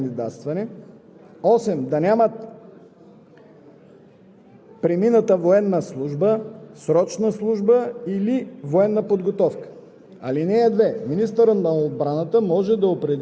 да нямат друго гражданство; 7. да не навършват 40 години в годината на кандидатстване; 8. да нямат